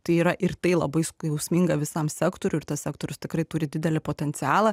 tai yra ir tai labai jausminga visam sektoriui ir tas sektorius tikrai turi didelį potencialą